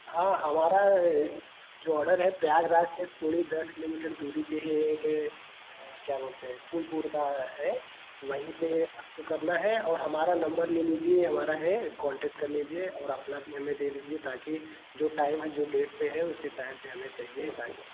हाँ हमारा जो ऑर्डर है प्रयागराज से थोड़ी दस किलोमीटर दूरी पर ही एक क्या बोलते हैं फूलपुर का है वहीं पर आपको करना है और हमारा नंबर ले लीजिए हमारा है कांटेक्ट कर लीजिए और अपना भी हमें दे दीजिए ताकि जो टाइम है जो डेट पर है उसी टाइम पर हमें चहिए ताकि